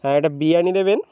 হ্যাঁ একটা বিরিয়ানি দেবেন